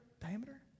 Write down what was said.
diameter